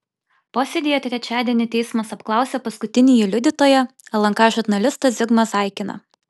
posėdyje trečiadienį teismas apklausė paskutinįjį liudytoją lnk žurnalistą zigmą zaikiną